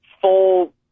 full